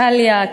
קלי"ה,